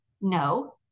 No